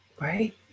right